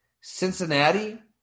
Cincinnati